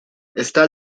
está